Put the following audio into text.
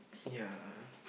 yeah